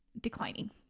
declining